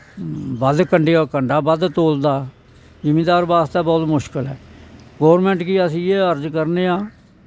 कंडा बद्ध तोलदा जिमीदार बास्तै बहुत मुश्कल ऐ गौरमैंट गी अस इयै अर्ज करने आं